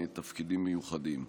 תפקידים מיוחדים.